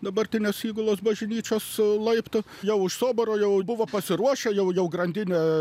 dabartines įgulos bažnyčios laiptų jau iš soboro jau buvo pasiruošę jau jau grandinė